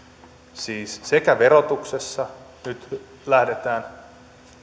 siis verotuksessa nyt lähdetään